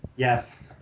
Yes